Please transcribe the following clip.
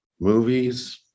movies